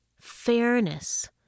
fairness